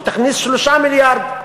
שתכניס 3 מיליארד.